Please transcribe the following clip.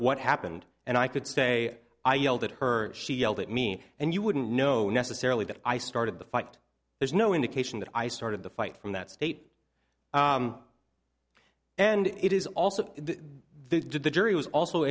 what happened and i could say i yelled at her she yelled at me and you wouldn't know necessarily that i started the fight there's no indication that i started the fight from that state and it is also they did the jury was